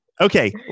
Okay